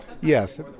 yes